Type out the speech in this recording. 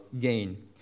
gain